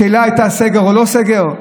השאלה הייתה סגר או לא סגר?